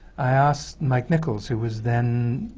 i asked mike nichols who was then